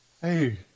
Hey